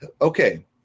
okay